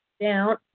Down